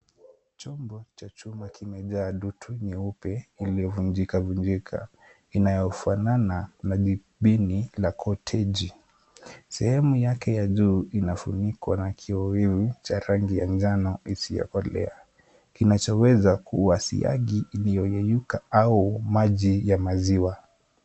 Chombo cha chuma kimejaa dutu nyeupe iliyovunjikavunjika, inayofanana na jibini la koteji , sehemu yake ya juu inafunikwa na kioevu cha rangi ya njano isiyokolea, kinachoweza kuwa siagi iliyoyenyuka au maji ya maziwa.